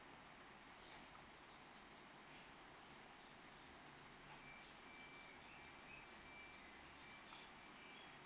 uh